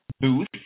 booth